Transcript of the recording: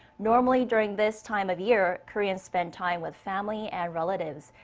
normally during this time of year, koreans spend time with family and relatives,